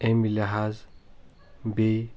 امہِ لِحاظ بیٚیہِ